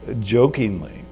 jokingly